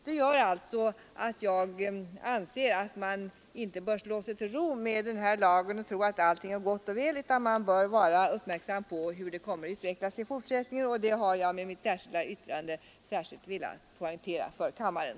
Jag anser följaktligen att man inte bör slå sig till ro med den här lagen och tro att allting är gott och väl, utan man bör vara uppmärksam på hur situationen utvecklas i fortsättningen. Det har jag med mitt särskilda yttrande velat poängtera för kammaren.